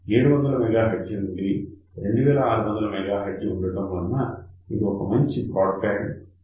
700 MHz నుండి 2600 MHz ఉండటం వల్ల ఇది ఒక మంచి బ్రాడ్ బ్యాండ్ VCO